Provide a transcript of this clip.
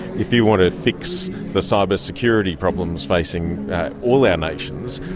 if you want to fix the cybersecurity problems facing all our nations,